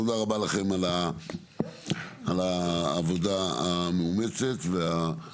תודה רבה לכם על העבודה המאומצת והטובה.